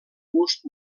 gust